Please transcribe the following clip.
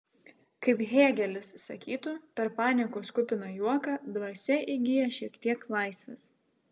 kaip hėgelis sakytų per paniekos kupiną juoką dvasia įgyja šiek tiek laisvės